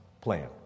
plan